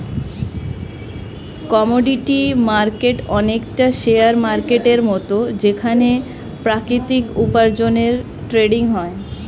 commodity market অনেকটা share মার্কেটের মত যেখানে প্রাকৃতিক উপার্জনের ট্রেডিং হয়